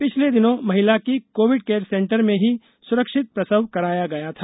पिछले दिनों महिला की कोविड केयर सेंटर में भी सुरक्षित प्रसव कराया गया था